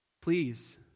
please